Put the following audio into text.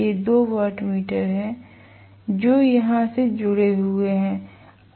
ये 2 वाटमीटर हैंजो यहां से जुड़े हुए हैं